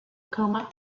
coma